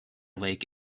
lake